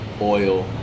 oil